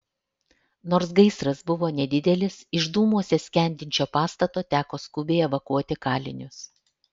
nors gaisras buvo nedidelis iš dūmuose skendinčio pastato teko skubiai evakuoti kalinius